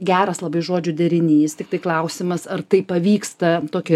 geras labai žodžių derinys tiktai klausimas ar tai pavyksta tokį